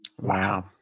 wow